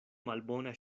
malbona